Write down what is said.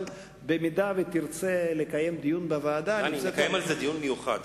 אבל אם תרצה לקיים דיון בוועדה אנחנו נקיים דיון מיוחד,